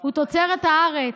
הוא תוצרת הארץ,